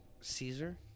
Caesar